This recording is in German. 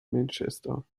manchester